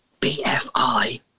BFI